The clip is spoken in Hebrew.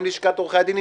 עם לשכת עורכי הדין,